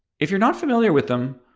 if you're not familiar with them,